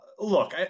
Look